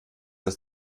das